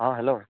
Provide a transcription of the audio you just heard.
অ' hello